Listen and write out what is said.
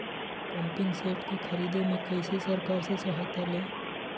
Pumping set के ख़रीदे मे कैसे सरकार से सहायता ले?